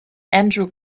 andrew